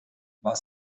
war